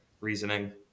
reasoning